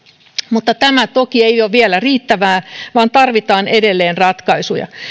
mutta tämä toki ei ole vielä riittävää vaan tarvitaan edelleen ratkaisuja